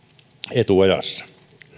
etuajassa